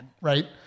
right